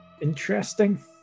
interesting